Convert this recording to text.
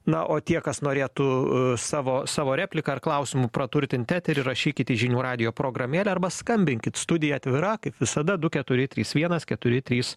na o tie kas norėtų savo savo replika klausimu praturtinti eterį rašykit į žinių radijo programėlę arba skambinkit studija atvira kaip visada du keturi trys vienas keturi trys